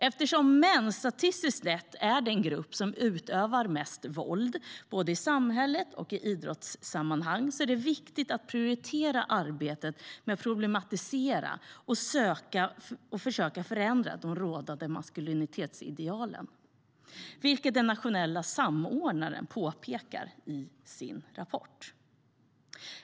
Eftersom män statistiskt sett är den grupp som utövar mest våld, både i samhället och i idrottssammanhang, är det viktigt att prioritera arbetet med att problematisera och försöka förändra de rådande maskulinitetsidealen, vilket den nationella samordnaren påpekar i sin rapport.